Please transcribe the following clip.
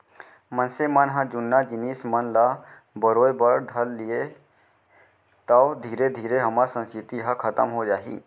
मनसे मन ह जुन्ना जिनिस मन ल बरोय बर धर लिही तौ धीरे धीरे हमर संस्कृति ह खतम हो जाही